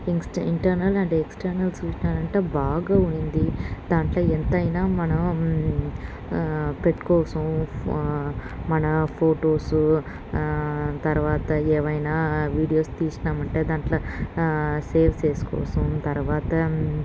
in internal and external చూసినారంటే బాగా ఉంది దాంట్లో ఎంతైనా మనం పెట్టుకోచ్చు మన ఫోటోసు తరువాత ఏమైనా వీడియోస్ తీసినామంటే దాంట్లో సేవ్ చేసుకోవచ్చు తరువాత